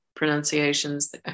pronunciations